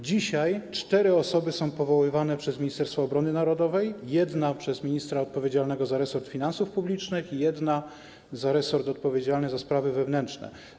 Dzisiaj cztery osoby są powoływane przez Ministerstwo Obrony Narodowej, jedna przez ministra odpowiedzialnego za resort finansów publicznych i jedna za resort odpowiedzialny za sprawy wewnętrzne.